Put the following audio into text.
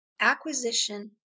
Acquisition